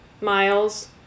Miles